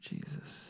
Jesus